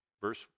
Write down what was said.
verse